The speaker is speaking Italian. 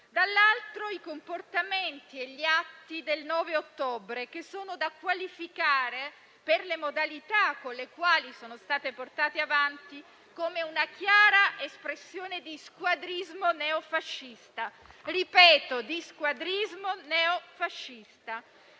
dall'altro, i comportamenti e gli atti del 9 ottobre, che sono da qualificare, per le modalità con le quali sono stati portati avanti, come una chiara espressione di squadrismo neofascista. Lo ripeto: squadrismo neofascista.